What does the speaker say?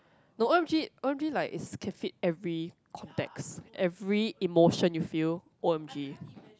no O_M_G O_M_G like is can fit every context every emotion you feel O_M_G